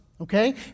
okay